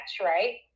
right